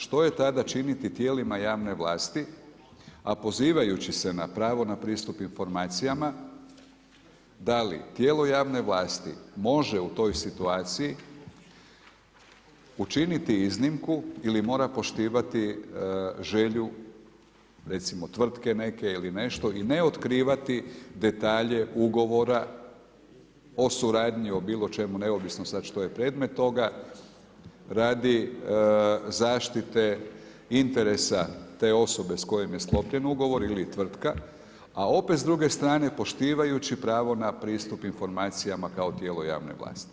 Što je tada činiti tijelima javne vlasti a pozivajući se na pravo na pristup informacijama da li tijelo javne vlasti može u toj situaciji učiniti iznimku ili mora poštivati želju recimo tvrtke neke ili nešto i ne otkrivati detalje ugovora o suradnji, o bilo čemu, neovisno sad što je predmet toga radi zaštite interesa te osobe s kojom je sklopljen ugovor ili tvrtka a opet s druge strane poštivajući pravo na postup informacijama kao tijelo javne vlasti.